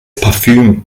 parfüm